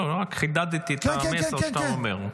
רק חידדתי את המסר שאתה אומר.